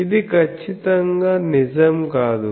ఇది ఖచ్చితంగా నిజం కాదు